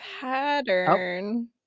pattern